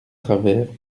travert